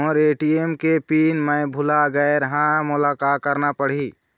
मोर ATM के PIN मैं भुला गैर ह, मोला का करना पढ़ही?